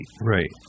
Right